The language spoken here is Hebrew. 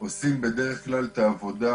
עושים בדרך כלל את העבודה